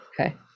Okay